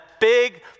big